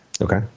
Okay